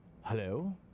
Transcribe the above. Hello